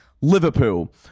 Liverpool